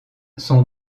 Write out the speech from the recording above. son